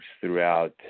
throughout